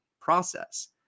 process